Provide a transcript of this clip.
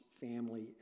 family